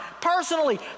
personally